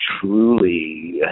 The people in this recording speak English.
truly